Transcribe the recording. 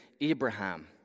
Abraham